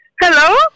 Hello